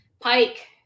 Pike